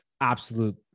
absolute